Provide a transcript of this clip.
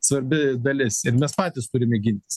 svarbi dalis ir mes patys turime gintis